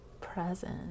present